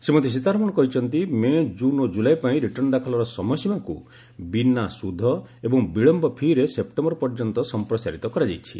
ଶ୍ରୀମତୀ ସୀତାରମଣ କହିଛନ୍ତି ମେ କୁନ୍ ଓ କୁଲାଇପାଇଁ ରିଟର୍ଶ୍ଣ ଦାଖଲର ସମୟସୀମାକୁ ବିନା ସୁଧ ଏବଂ ବିଳୟ ଫି'ରେ ସେପ୍ଟେମ୍ବର ପର୍ଯ୍ୟନ୍ତ ସମ୍ପ୍ରସାରିତ କରାଯାଇଛି